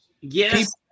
Yes –